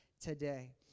today